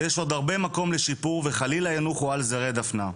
ויש עוד הרבה מקום לשיפור וחלילה ינוחו על זרי דפנה.